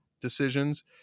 decisions